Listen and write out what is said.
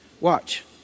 watch